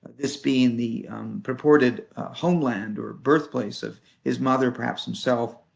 this being the purported homeland or birthplace of his mother, perhaps himself.